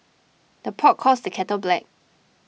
the pot calls the kettle black